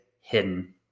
hidden